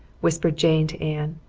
whispered jane to anne.